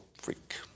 freak